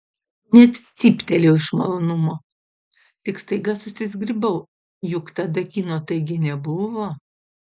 net cyptelėjau iš malonumo tik staiga susizgribau juk tada kino taigi nebuvo